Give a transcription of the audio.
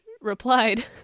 replied